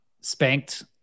spanked